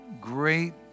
great